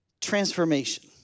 Transformation